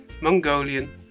Mongolian